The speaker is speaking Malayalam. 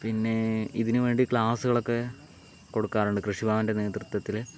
പിന്നെ ഇതിനു വേണ്ടി ക്ലാസ്സുകളൊക്കെ കൊടുക്കാറുണ്ട് കൃഷി ഭവൻ്റെ നേതൃത്വത്തിൽ